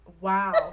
wow